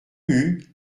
hue